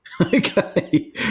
Okay